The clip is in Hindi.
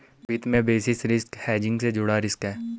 वित्त में बेसिस रिस्क हेजिंग से जुड़ा रिस्क है